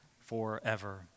forever